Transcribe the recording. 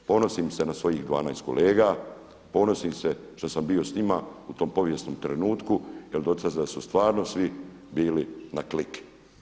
Ponosim se na svojih 12 kolega, ponosim se što sam bio s njima u tom povijesnom trenutku jer do tada su stvarno svi bili na klik.